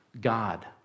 God